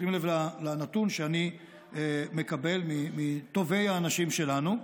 שימו לב לנתון שאני מקבל מטובי האנשים שלנו,